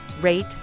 rate